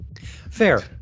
Fair